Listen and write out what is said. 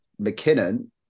McKinnon